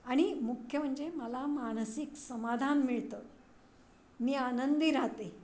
आणि मुख्य म्हणजे मला मानसिक समाधान मिळतं मी आनंदी राहते